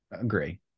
agree